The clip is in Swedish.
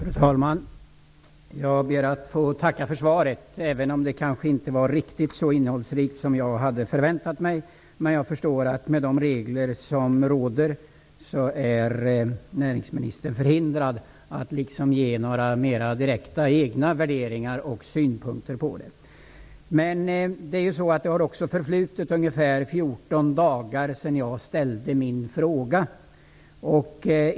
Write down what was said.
Fru talman! Jag ber att få tacka för svaret, även om det kanske inte var riktigt så innehållsrikt som jag hade förväntat mig. Men jag förstår att näringsministern med de regler som råder är förhindrad att ge några mer direkta egna synpunkter och värderingar på affären. Det har förflutit ungefär 14 dagar sedan jag ställde min fråga.